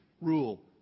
rule